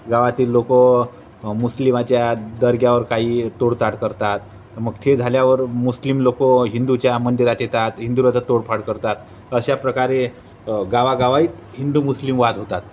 गावातील लोक मुस्लिमाच्या दर्ग्यावर काही तोड ताड करतात मग थे झाल्यावर मुस्लिम लोक हिंदूच्या मंदिरात येतात हिंदूराचा तोडफाड करतात अशा प्रकारे गावागावात हिंदू मुस्लिम वाद होतात